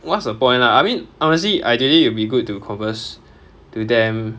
what's the point lah I mean honestly ideally it would be good to converse to them